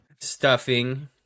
Stuffing